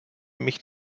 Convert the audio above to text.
mich